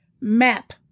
map